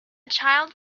child